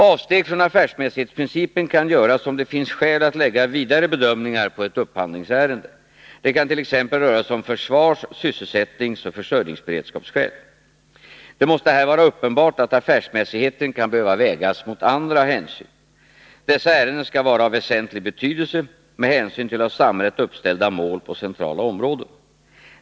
Avsteg från affärsmässighetsprincipen kan göras om det finns skäl att lägga vidare bedömningar på ett upphandlingsärende. Det kan t.ex. röra sig om försvars-, sysselsättningsoch försörjningsberedskapsskäl. Det måste här vara uppenbart att affärsmässigheten kan behöva vägas mot andra hänsyn. Dessa ärenden skall vara av väsentlig betydelse med hänsyn till av samhället uppställda mål på centrala områden.